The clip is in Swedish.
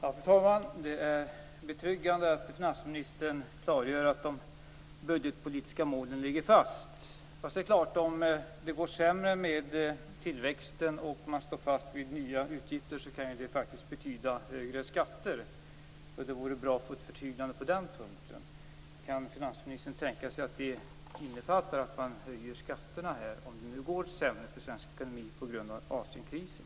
Fru talman! Det är betryggande att finansministern klargör att de budgetpolitiska målen ligger fast. Men om tillväxten blir sämre och man står fast vid nya utgifter kan det faktiskt betyda högre skatter. Det vore bra att få ett förtydligande på den punkten. Kan finansministern tänka sig att höja skatterna om det går sämre för svensk ekonomi på grund av Asienkrisen?